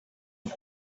and